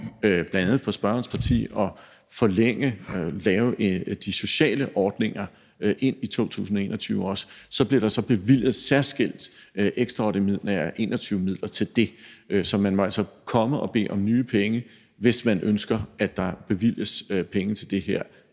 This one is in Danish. bl.a. fra spørgerens parti, om også at lave de sociale ordninger ind i 2021, blev der særskilt bevilget ekstraordinære 2021-midler til det. Så man må altså komme og bede om nye penge, hvis man ønsker, at der bevilges penge til det her